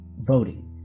voting